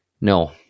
no